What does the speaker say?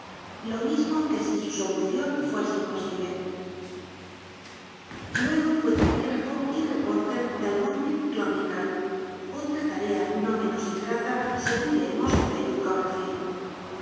lo mismo que si su solucion fuese imposible luego fué taquígrafo y eporter del morn clon otra tarea no menos ingrata segun leemos en